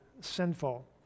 sinful